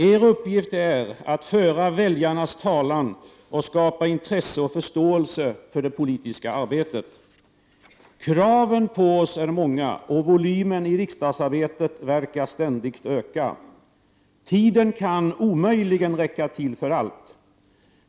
Er uppgift är att föra väljarnas talan och skapa intresse och förståelse för det politiska arbetet. Kraven på oss är många och volymen i riksdagsarbetet verkar ständigt öka. Tiden kan omöjligen räcka till för allt.